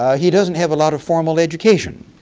ah he doesn't have a lot of formal education.